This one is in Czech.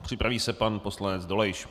Připraví se pan poslanec Jiří Dolejš.